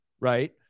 right